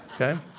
okay